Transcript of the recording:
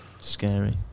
Scary